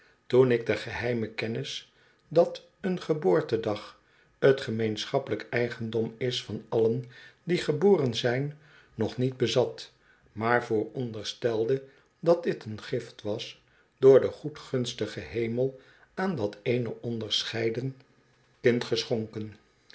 toen ik de geheime kennis dat een geboortedag t gemeenschappelijk eigendom is van allen die geboren zijn nog niet bezat maar vooronderstelde dat dit een gift was door den goedgunstigen hemel aan dat eene onderscheiden